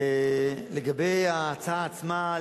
לגבי ההצעה עצמה,